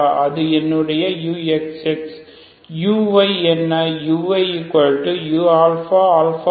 அது என்னுடைய uxx